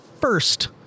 first